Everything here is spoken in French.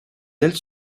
ailes